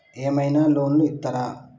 ఏమైనా లోన్లు ఇత్తరా?